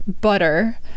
butter